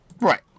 Right